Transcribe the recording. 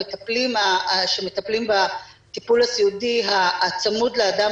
המטפלים שמטפלים בטיפול הסיעודי הצמוד לאדם